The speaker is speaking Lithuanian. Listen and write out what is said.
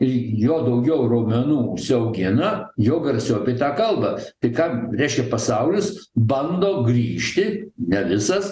ir juo daugiau raumenų užsiaugina juo garsiau apie tą kalba tai ką reiškia pasaulis bando grįžti ne visas